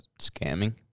Scamming